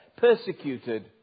persecuted